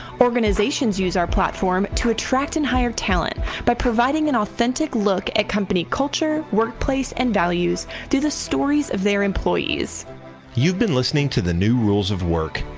organizations use our platform to attract and hire talent by providing an authentic look at company culture, workplace, and values through the stories of their employees. announcer you've been listening to the new rules of work.